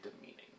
demeaning